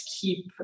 keep